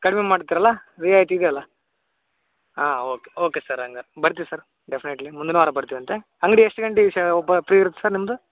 ಕಡಿಮೆ ಮಾಡ್ತೀರಲ್ಲ ರಿಯಾಯಿತಿ ಇದೆಯಲ್ಲ ಹಾಂ ಓಕೆ ಓಕೆ ಸರ್ ಹಂಗರ್ ಬರ್ತೀವಿ ಸರ್ ಡೆಫ್ನೆಟ್ಲಿ ಮುಂದಿನ ವಾರ ಬರ್ತೀವಂತೆ ಅಂಗಡಿ ಎಷ್ಟು ಗಂಟೆ ಷ ಒಪ ಪ್ರಿ ಇರತ್ತೆ ಸರ್ ನಿಮ್ಮದು